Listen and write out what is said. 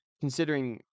considering